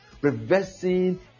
reversing